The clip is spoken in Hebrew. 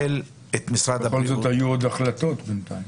בכל זאת היו עוד החלטות בינתיים.